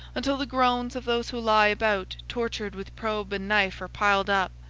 until the groans of those who lie about tortured with probe and knife are piled up,